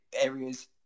areas